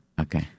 Okay